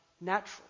naturally